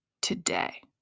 today